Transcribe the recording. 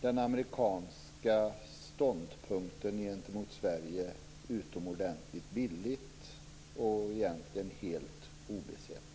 den amerikanska ståndpunkten gentemot Sverige utomordentligt billigt och egentligen helt obesett.